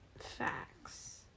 Facts